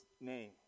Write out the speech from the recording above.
name